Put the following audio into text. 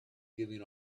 giving